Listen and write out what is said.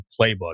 playbook